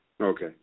Okay